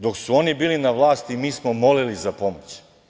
Dok su oni bili na vlasti mi smo molili za pomoć.